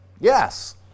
Yes